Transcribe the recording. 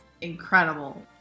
incredible